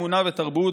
אמונה ותרבות,